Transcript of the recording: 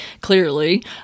clearly